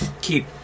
keep